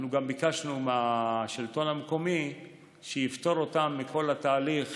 אנחנו גם ביקשנו מהשלטון המקומי שיפטור אותם מכל התהליך